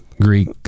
Greek